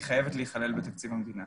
היא חייבת להיכלל בתקציב המדינה.